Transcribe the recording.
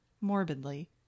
morbidly